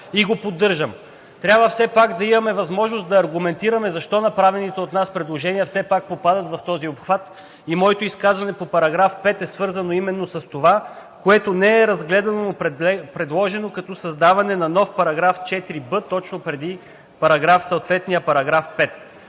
и го поддържам. Трябва все пак да имаме възможност да аргументираме защо направените от нас предложения попадат в този обхват и моето изказване по § 5, е свързано именно с това, което не е разгледано и предложено, като създаване на нов § 4б, точно преди съответния